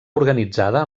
organitzada